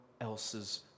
else's